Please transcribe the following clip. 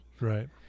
right